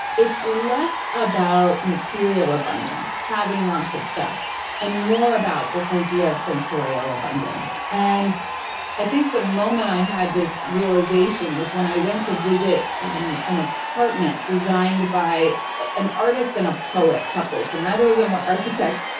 it's less about material abundance, having lots of stuff and more about this idea of sensorial abundance and i think the moment i had this realization was when i went to visit um an apartment designed by an artist and a poet couple, so neither of them were architects,